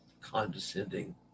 condescending